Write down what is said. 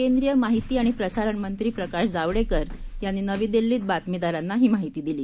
केंद्रीय माहिती आणि प्रसारण मंत्री प्रकाश जावडेकर यांनी नवी दिल्लीत बातमीदारांना ही माहिती दिली